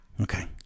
Okay